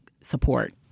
support